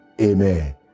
amen